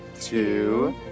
two